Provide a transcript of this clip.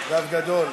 גב גדול.